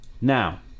Now